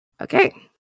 Okay